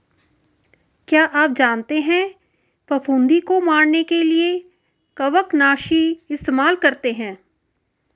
क्या आप जानते है फफूंदी को मरने के लिए कवकनाशी इस्तेमाल करते है?